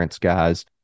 guys